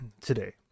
Today